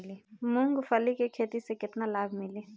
मूँगफली के खेती से केतना लाभ मिली?